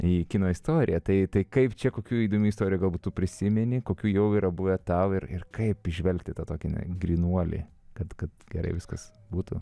į kino istoriją tai tai kaip čia kokių įdomių istorijų galbūt tu prisimeni kokių jau yra buvę tau ir ir kaip įžvelgti tą tokį na grynuolį kad kad gerai viskas būtų